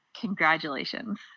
Congratulations